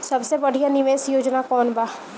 सबसे बढ़िया निवेश योजना कौन बा?